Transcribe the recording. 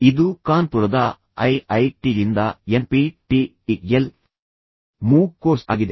ಇದು ಕಾನ್ಪುರದ ಐಐಟಿಯಿಂದ ಎನ್ಪಿಟಿಇಎಲ್ ಮೂಕ್ ಕೋರ್ಸ್ ಆಗಿದೆ